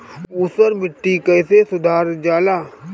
ऊसर माटी कईसे सुधार जाला?